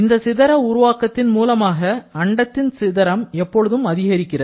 இந்த சிதற உருவாக்கத்தின் மூலமாக அண்டத்தின் சிதறம் எப்பொழுதும் அதிகரிக்கிறது